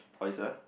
toys ah